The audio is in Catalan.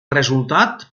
resultat